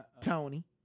Tony